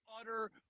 utter